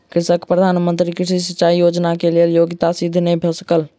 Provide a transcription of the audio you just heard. कृषकक प्रधान मंत्री कृषि सिचाई योजना के लेल योग्यता सिद्ध नै भ सकल